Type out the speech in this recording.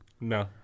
no